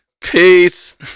Peace